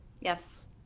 Yes